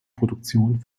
produktion